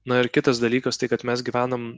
na ir kitas dalykas tai kad mes gyvenam